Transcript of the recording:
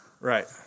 Right